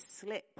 slip